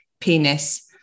penis